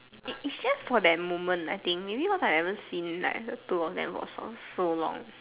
it it's just for that moment I think maybe because I never see the two of them for so long